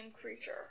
creature